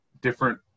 different